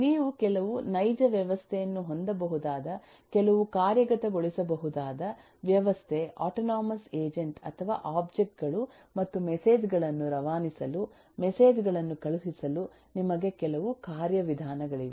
ನೀವು ಕೆಲವು ನೈಜ ವ್ಯವಸ್ಥೆಯನ್ನು ಹೊಂದಬಹುದಾದ ಕೆಲವು ಕಾರ್ಯಗತಗೊಳಿಸಬಹುದಾದ ವ್ಯವಸ್ಥೆ ಆಟೊನೊಮಸ್ ಏಜೆಂಟ್ ಅಥವಾ ಒಬ್ಜೆಕ್ಟ್ ಗಳು ಮತ್ತು ಮೆಸೇಜ್ ಗಳನ್ನು ರವಾನಿಸಲು ಮೆಸೇಜ್ ಗಳನ್ನು ಕಳುಹಿಸಲು ನಿಮಗೆ ಕೆಲವು ಕಾರ್ಯವಿಧಾನಗಳಿವೆ